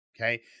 Okay